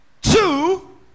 Two